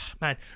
man